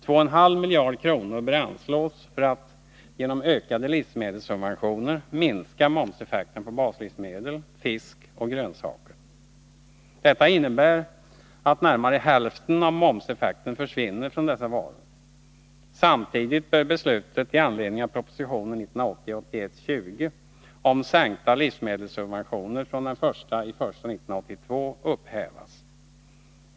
Två och en halv miljard kronor bör anslås för att genom ökade livsmedelssubventioner minska momseffekten på baslivsmedel, fisk och grönsaker. Detta innebär att närmare ' hälften av momseffekten försvinner från dessa varor. Samtidigt bör beslutet i anledning av proposition 1980 1 1982 upphävas.